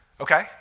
Okay